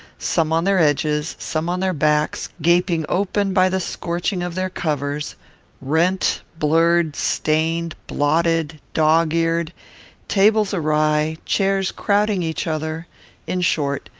some on their edges, some on their backs, gaping open by the scorching of their covers rent blurred stained blotted dog-eared tables awry chairs crowding each other in short,